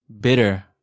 bitter